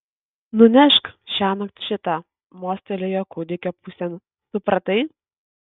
nunešk šiąnakt šitą mostelėjo kūdikio pusėn supratai